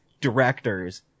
directors